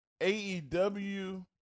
AEW